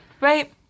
Right